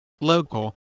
local